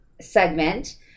segment